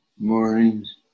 mornings